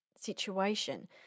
situation